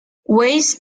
weiss